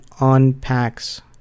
unpacks